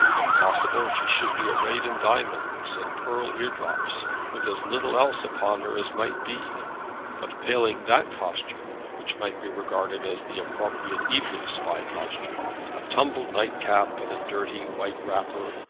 if possible, she should be arrayed in diamonds, and pearl ear-drops, with as little else upon her as might be but failing that costume, which might be regarded as the appropriate evening spy costume a tumbled nightcap, and a dirty white wrapper,